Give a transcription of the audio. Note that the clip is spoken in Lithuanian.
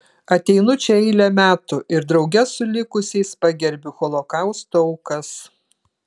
ateinu čia eilę metų ir drauge su likusiais pagerbiu holokausto aukas